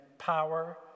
power